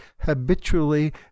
habitually